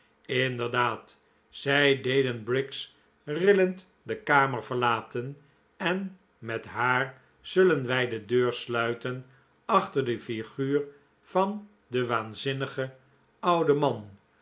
inderdaad zij deden briggs rillend de kamer verlaten en met haar zullen wij de deur sluiten achter de figuur van den waanzinnigen ouden man